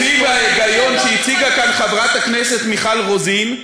לפי ההיגיון שהציגה כאן חברת הכנסת מיכל רוזין,